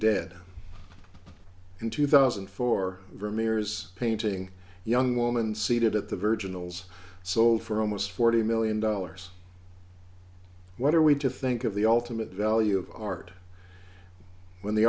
dead in two thousand and four vermeer's painting young woman seated at the virginal zz sold for almost forty million dollars what are we to think of the ultimate value of art when the